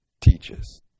teaches